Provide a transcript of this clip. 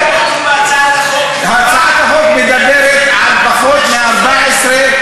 כתוב בהצעת החוק שיובא בפני שופט.